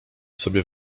sobie